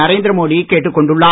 நரேந்திர மோடி கேட்டுக் கொண்டுள்ளார்